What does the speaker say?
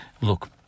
look